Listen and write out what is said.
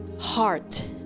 heart